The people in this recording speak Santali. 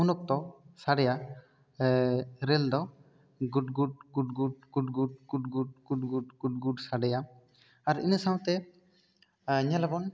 ᱩᱱ ᱚᱠᱛᱚ ᱥᱟᱲᱮᱭᱟ ᱨᱮᱞ ᱫᱚ ᱜᱩᱰ ᱜᱩᱰ ᱜᱩᱰ ᱜᱩᱰ ᱜᱩᱰ ᱜᱩᱰ ᱜᱩᱰ ᱜᱩᱰ ᱜᱩᱰ ᱜᱩᱰ ᱜᱩᱰ ᱜᱩᱰ ᱥᱟᱰᱮᱭᱟ ᱟᱨ ᱤᱱᱟᱹ ᱥᱟᱶᱛᱮ ᱧᱮᱞ ᱟᱵᱚᱱ